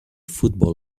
football